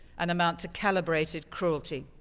and amount to calibrated cruelty.